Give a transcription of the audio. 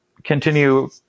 continue